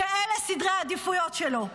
שאלה סדרי העדיפויות שלו.